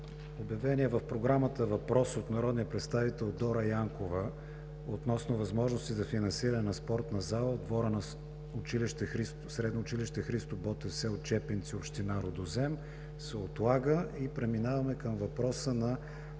Обявеният в програмата въпрос от народния представител Дора Янкова относно възможности за финансиране на спортна зала в двора на Средно училище „Христо Ботев“ в село Чепинци, община Рудозем се отлага. Преминаваме към въпрос на